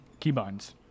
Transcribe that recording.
keybinds